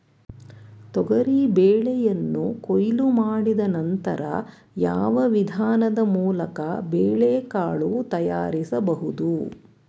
ತೊಗರಿ ಬೇಳೆಯನ್ನು ಕೊಯ್ಲು ಮಾಡಿದ ನಂತರ ಯಾವ ವಿಧಾನದ ಮೂಲಕ ಬೇಳೆಕಾಳು ತಯಾರಿಸಬಹುದು?